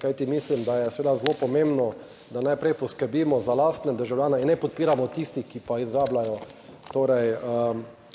kajti mislim, da je seveda zelo pomembno, da najprej poskrbimo za lastne državljane in ne podpiramo tistih, ki pa izrabljajo,